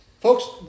Folks